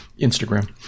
Instagram